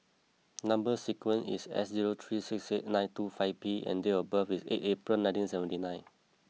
number sequence is S zero three six eight nine two five P and date of birth is eight April nineteen seventy nine